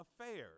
affairs